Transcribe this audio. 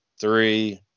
three